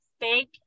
fake